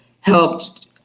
helped